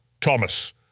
Thomas